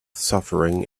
suffering